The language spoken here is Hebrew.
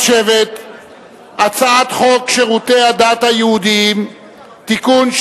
הצעת חוק שירותי הדת היהודיים (תיקון,